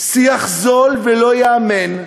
שיח זול שלא ייאמן,